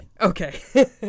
Okay